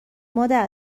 مادر